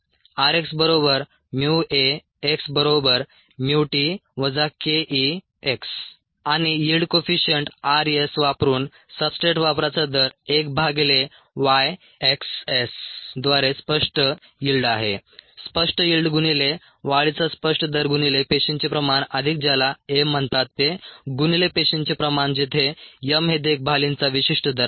rxAxT kex आणि yield coefficient r s वापरून substrate वापराचा दर 1 भागिले Y xs द्वारे स्पष्ट यिल्ड आहे स्पष्ट यिल्ड गुणिले वाढीचा स्पष्ट दर गुणिले पेशींचे प्रमाण अधिक ज्याला m म्हणतात ते गुणिले पेशींचे प्रमाण जेथे m हे देखभालींचा विशिष्ट दर आहे